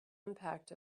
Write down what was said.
impact